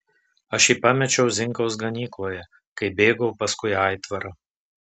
aš jį pamečiau zinkaus ganykloje kai bėgau paskui aitvarą